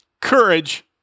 Courage